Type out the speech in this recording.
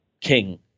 king